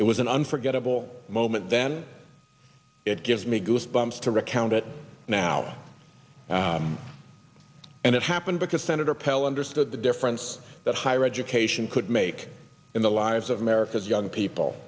it was an unforgettable moment then it gives me goosebumps to recount it now and it happened because senator pell understood the difference that higher education could make in the lives of america's young people